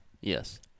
Yes